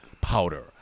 powder